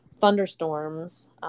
thunderstorms